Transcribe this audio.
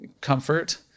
comfort